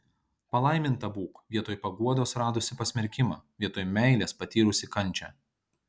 palaiminta būk vietoj paguodos radusi pasmerkimą vietoj meilės patyrusi kančią